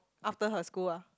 after her school ah